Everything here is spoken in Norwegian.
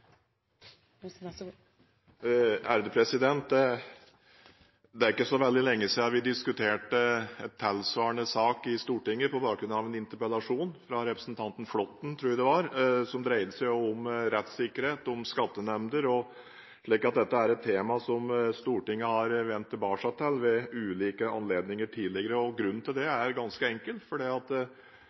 Det er ikke så veldig lenge siden vi diskuterte tilsvarende sak i Stortinget på bakgrunn av en interpellasjon fra representanten Flåtten – tror jeg det var – som dreide seg om rettsikkerhet og om skattenemnder. Så dette er et tema som Stortinget har vendt tilbake til ved ulike anledninger tidligere. Grunnen til det er ganske